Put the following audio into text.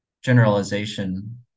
generalization